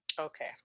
Okay